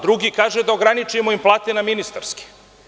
Drugi kaže da im ograničimo plate na ministarske.